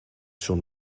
schon